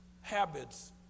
habits